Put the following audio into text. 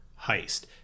heist